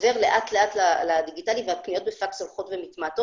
עובר לאט לאט לדיגיטלי והפניות בפקס הולכות ומתמעטות